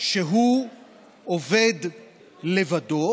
שהוא עובד לבדו,